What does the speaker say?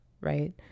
right